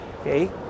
Okay